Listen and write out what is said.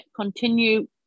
continue